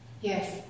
Yes